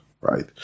right